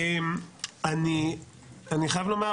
אני חייב לומר.